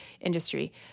industry